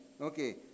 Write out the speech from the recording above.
Okay